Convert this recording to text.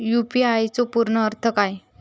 UPI चो पूर्ण अर्थ काय?